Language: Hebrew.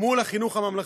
מול החינוך הממלכתי.